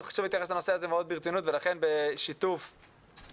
היה לנו חשוב להתייחס לנושא הזה ברצינות ולכן בשיתוף הממ"מ,